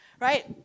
Right